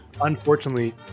Unfortunately